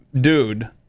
dude